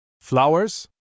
Flowers